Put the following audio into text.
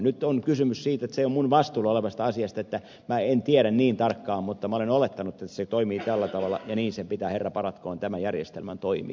nyt on kysymys siitä että se ei ole minun vastuullani oleva asia minä en tiedä niin tarkkaan mutta olen olettanut että se toimii tällä tavalla ja niin sen pitää herra paratkoon tämän järjestelmän toimia